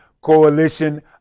Coalition